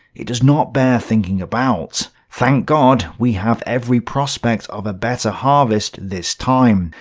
it does not bear thinking about. thank god, we have every prospect of a better harvest this time.